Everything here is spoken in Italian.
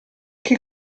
che